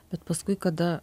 bet paskui kada